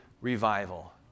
revival